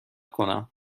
کنم